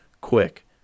quick